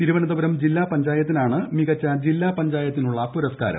തിരുവനന്തപുരം ജില്ലാ പഞ്ചായത്തിനാണ് മികച്ച ജില്ലാ പഞ്ചായത്തിനുള്ള പുരസ്ക്കാരം